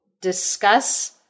discuss